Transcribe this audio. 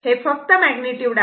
हे फक्त मॅग्निट्युड आहे